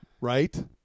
Right